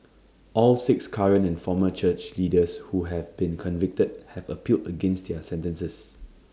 all six current and former church leaders who have been convicted have appealed against their sentences